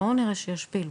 בוא נראה שיש פעילות,